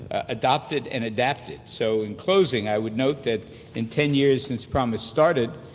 adopted and adapted. so in closing, i would note that in ten years since props started,